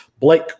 Blake